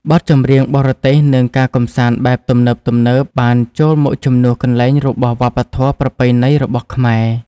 បទចម្រៀងបរទេសនិងការកម្សាន្តបែបទំនើបៗបានចូលមកជំនួសកន្លែងរបស់វប្បធម៌ប្រពៃណីរបស់ខ្មែរ។